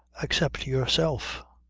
except yourself.